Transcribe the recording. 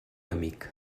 amic